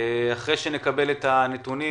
אחרי שנקבל את הנתונים,